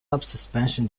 suspension